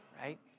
Right